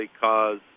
cause